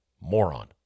moron